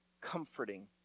comforting